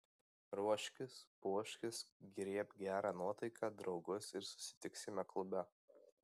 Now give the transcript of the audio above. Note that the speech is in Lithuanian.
ruoškis puoškis griebk gerą nuotaiką draugus ir susitiksime klube